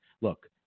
Look